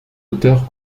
auteurs